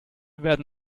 werden